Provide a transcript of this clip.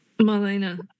Malena